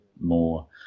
more